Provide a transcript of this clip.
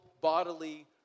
bodily